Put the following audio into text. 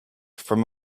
from